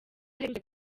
aherutse